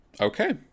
Okay